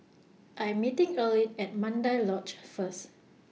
I'm meeting Erline At Mandai Lodge First